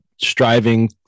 striving